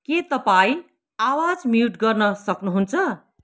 के तपाईँ आवाज म्युट गर्न सक्नुहुन्छ